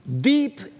deep